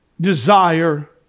desire